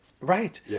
Right